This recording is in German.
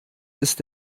ist